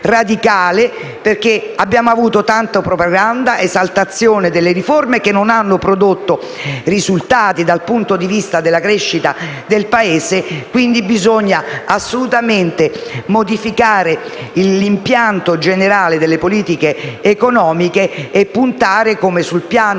perché abbiamo avuto tanta propaganda ed esaltazione di riforme che non hanno prodotto risultati dal punto di vista della crescita del Paese. Bisogna assolutamente modificare l'impianto generale delle politiche economiche e puntare, come sul piano